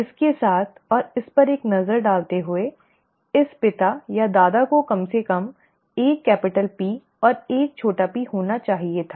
इसके साथ और इस पर एक नज़र डालते हुए इस पिता या दादा को कम से कम एक कैपिटल P और एक छोटा p होना चाहिए था